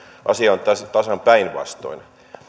asia on tässä tasan päinvastoin